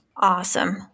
Awesome